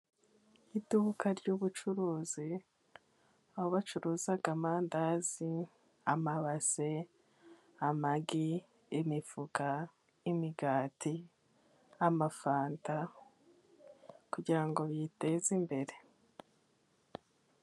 Iduka ry'ubucuruzi aho bacuruza amandazi, amabase ,amagi, imifuka, imigati, amafanta ,kugira ngo biteze imbere.